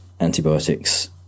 antibiotics